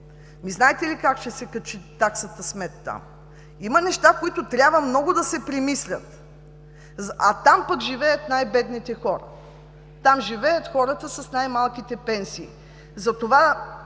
знаете ли как ще се качи таксата смет там? Има неща, които трябва много да се премислят. А там пък живеят най-бедните хора – хората с най-малките пенсии.